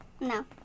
No